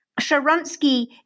Sharansky